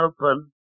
Open